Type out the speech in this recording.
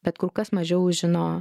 bet kur kas mažiau žino